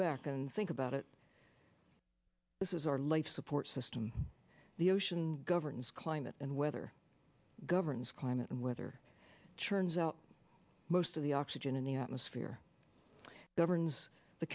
back and think about it this is our life support system the ocean governs climate and weather governs climate and weather churns out most of the oxygen in the atmosphere governs the